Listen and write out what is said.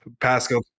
Pascal